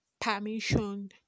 permission